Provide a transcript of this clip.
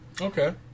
Okay